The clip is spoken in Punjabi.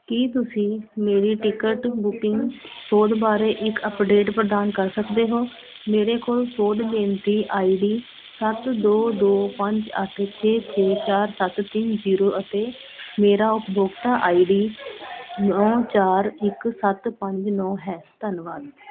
ਕੀ ਤੁਸੀਂ ਮੇਰੀ ਟਿਕਟ ਬੁਕਿੰਗ ਸੋਧ ਬਾਰੇ ਇੱਕ ਅਪਡੇਟ ਪ੍ਰਦਾਨ ਕਰ ਸਕਦੇ ਹੋ ਮੇਰੇ ਕੋਲ ਸੋਧ ਬੇਨਤੀ ਆਈ ਡੀ ਸੱਤ ਦੋ ਦੋ ਪੰਜ ਅੱਠ ਛੇ ਛੇ ਚਾਰ ਸੱਤ ਤਿੰਨ ਜ਼ੀਰੋ ਅਤੇ ਮੇਰਾ ਉਪਭੋਗਤਾ ਆਈ ਡੀ ਨੌਂ ਚਾਰ ਇੱਕ ਸੱਤ ਪੰਜ ਨੌਂ ਹੈ ਧੰਨਵਾਦ